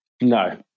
No